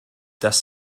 dass